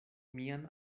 mian